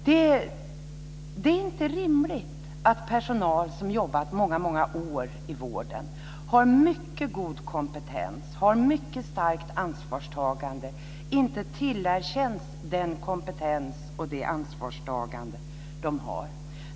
Det är inte rimligt att personal som har jobbat under många år i vården och har mycket god kompetens och ett mycket starkt ansvarstagande inte tillerkänns den kompetens och det ansvarstagande som de har.